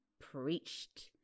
preached